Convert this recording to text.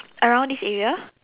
around this area